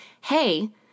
hey